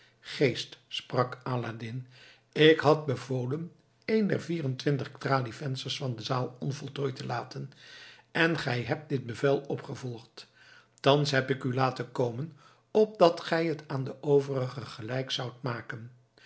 geest sprak aladdin ik had bevolen een der vier en twintig tralievensters van de zaal onvoltooid te laten en gij hebt dit bevel opgevolgd thans heb ik u laten komen opdat gij het aan de overige gelijk zoudt maken